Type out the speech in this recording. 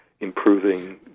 improving